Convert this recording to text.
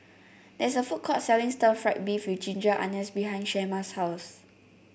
there is a food court selling Stir Fried Beef with Ginger Onions behind Shemar's house